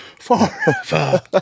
forever